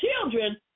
children